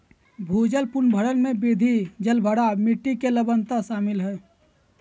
भूजल पुनर्भरण में वृद्धि, जलभराव, मिट्टी के लवणता शामिल हइ